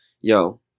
yo